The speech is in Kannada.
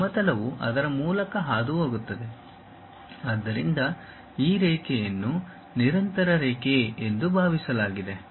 ಆದ್ದರಿಂದ ಈ ರೇಖೆಯನ್ನು ನಿರಂತರರೇಖೆ ಎಂದು ಭಾವಿಸಲಾಗಿದೆ